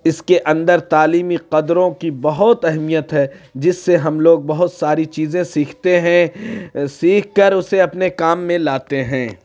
اِس کے اندر تعلیمی قدروں کی بہت اہمیت ہے جس سے ہم لوگ بہت ساری چیزیں سیکھتے ہیں سیکھ کر اُسے اپنے کام میں لاتے ہیں